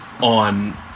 on